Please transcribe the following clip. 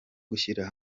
gushyira